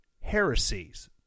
heresies